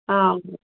ହଁ